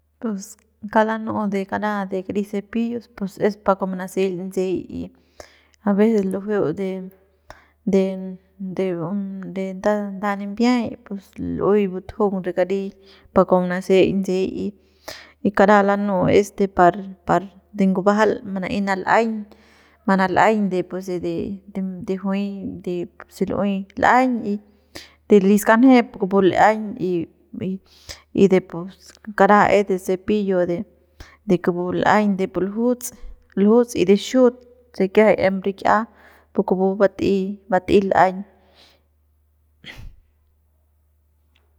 Pus kauk lanu'u de kara de kari cepillo pus es pa kua manasel ntsey a veces lujueu de de de de nda nda nimbiay pus lu'uey butjung re kari par kua manaseik ntsey y kara lanu'u es de par par de ngubajal mana'ey nal'aiñ manal'aiñ de pu se de de juy de puse lu'uey l'aiñ y de li skanjep kupu l'aiñ y y de pu skaraja es de cepillo de de kupu l'aiñ de pu ljuts ljuts y de xiut se kiajay em rik'ia kupu bat'ey bat'ey l'aiñ.